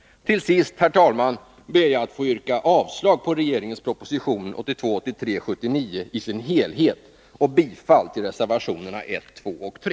Till sist, herr talman, ber jag att få yrka avslag på regeringens proposition 1982/83:79 i dess helhet och bifall till reservationerna 1, 2 och 3.